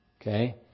Okay